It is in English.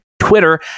twitter